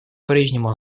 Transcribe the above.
прежнему